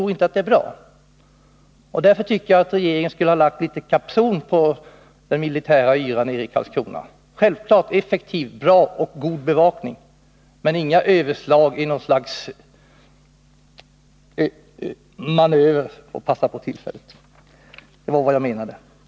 Därför Om utländska tycker jag att regeringen skulle ha lagt litet kapson på den militära yran i Karlskrona. Självfallet skall det vara en effektiv och god bevakning, men inga överslag i något slags manövereller passa-på-anda. Det var vad jag menade.